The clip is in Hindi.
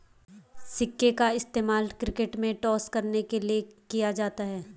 सिक्के का इस्तेमाल क्रिकेट में टॉस करने के लिए किया जाता हैं